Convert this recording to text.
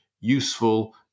useful